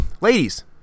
ladies